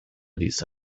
these